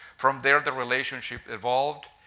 from there the relationship evolved.